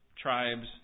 tribes